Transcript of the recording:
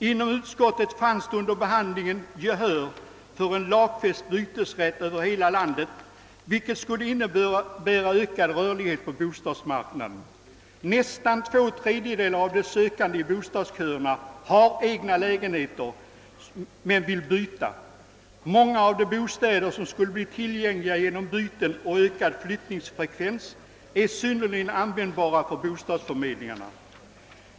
Inom utskottet vanns under behandlingen gehör för en lagfäst bytesrätt över hela landet, vilken skulle innebära ökad rörlighet på bostadsmarknaden. Nästan två tredjedelar av de sökande i bostadsköerna har egna lägenheter som de vill byta. Många av de bostäder som skulle bli tillgängliga genom byten och ökad flyttningsfrekvens är synnerligen användbara för bostadsförmedlingarna.